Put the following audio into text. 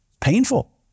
painful